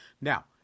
Now